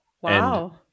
Wow